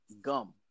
gum